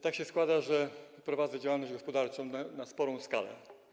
Tak się składa, że prowadzę działalność gospodarczą na spora skalę.